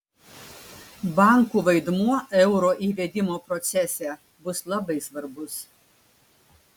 bankų vaidmuo euro įvedimo procese bus labai svarbus